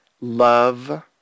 love